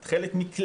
את חלק מכלל,